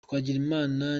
twagirimana